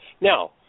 Now